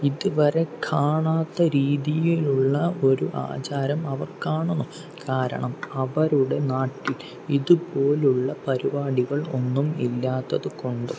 ഇതുവരെ കാണാത്ത രീതിയിലുള്ള ഒരു ആചാരം അവർ കാണണം കാരണം അവരുടെ നാട്ടിൽ ഇതുപോലുള്ള പരിപാടികളൊന്നും ഇല്ലാത്തതുകൊണ്ട്